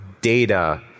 data